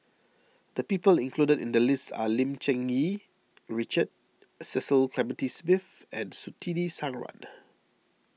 the people included in the list are Lim Cherng Yih Richard Cecil Clementi Smith and Surtini Sarwan